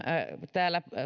täällä